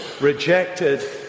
rejected